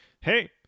hey